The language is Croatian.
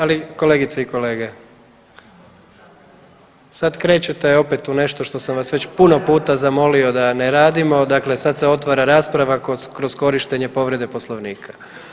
Ali kolegice i kolege, sad krećete opet u nešto što sam vas već puno puta zamolio da ne radimo, dakle sad se otvara rasprava kroz korištenje povrede Poslovnika.